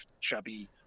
chubby